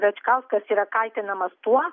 račkauskas yra kaltinamas tuo